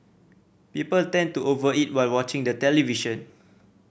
people tend to over eat while watching the television